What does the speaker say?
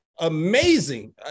amazing